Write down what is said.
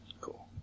Cool